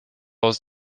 aus